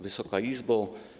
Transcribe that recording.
Wysoka Izbo!